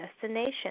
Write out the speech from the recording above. destination